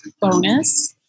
bonus